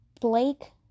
Blake